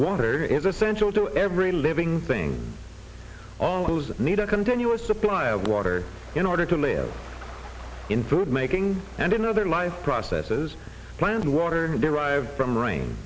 water is essential to every living thing all those that need a continuous supply of water in order to live in food making and in other life processes plans water derived from rain